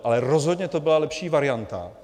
Ale rozhodně to byla lepší varianta.